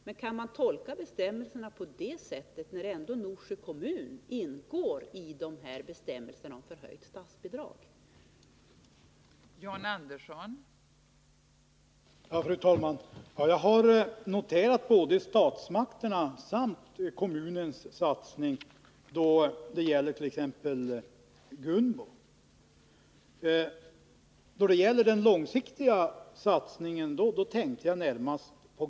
Men kan man tolka bestämmelserna på det sättet, när ändå Norsjö kommun ingår i ett stödområde där de här bestämmelserna om förhöjt statsbidrag gäller?